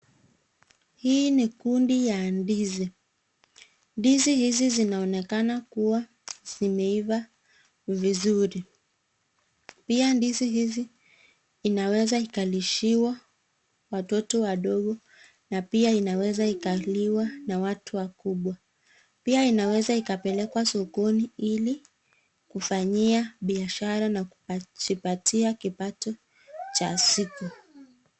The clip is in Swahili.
Hii ni kundi ya ndizi. Ndizi hizi zinaonekana kuwa zimeiva vizuri. Pia ndizi hizi inaweza ikalishiwa watoto wadogo na pia inaweza ikaliwa na watu wakubwa. Pia inaweza ikapelekwa sokoni ili kufanyia biashara na kujipatia kipato cha siku.